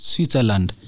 Switzerland